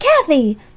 Kathy